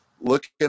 looking